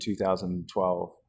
2012